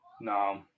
No